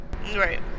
Right